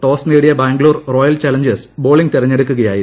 toss നേടിയ Bangalore Royal Challengers bowling തിരഞ്ഞെടുക്കുകയായിരുന്നു